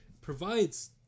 provides